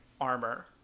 armor